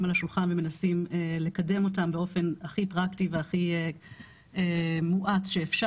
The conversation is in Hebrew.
על השולחן ומנסים לקדם אותם באופן הכי פרקטי ומואץ שאפשר.